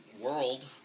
world